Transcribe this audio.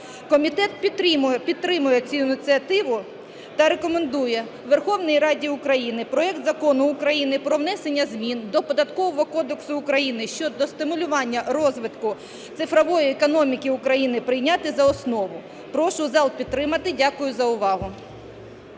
Комітет підтримує цю ініціативу та рекомендує Верховній Раді України проект Закону України про внесення змін до Податкового кодексу України щодо стимулювання розвитку цифрової економіки України прийняти за основу. Прошу зал підтримати. Дякую за увагу.